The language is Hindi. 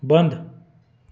बंद